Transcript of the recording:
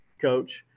coach